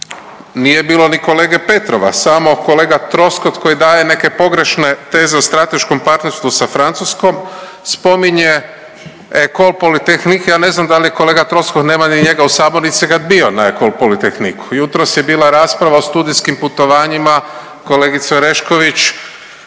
nije bilo ni kolege Petrova samo kolega Troskot koji daje neke pogrešne teze o strateškom partnerstvu sa Francuskom. Spominje Ecole polytehnique. Ja ne znam da li je kolega Troskot, nema ni njega u sabornici kad bio na Ecole polytehniqueu. Jutros je bila rasprava o studijskim putovanjima. Kolegice Orešković